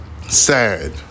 Sad